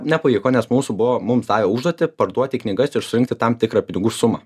nepavyko nes mūsų buvo mums davė užduotį parduoti knygas ir surinkti tam tikrą pinigų sumą